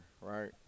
right